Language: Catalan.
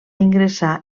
ingressar